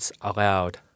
allowed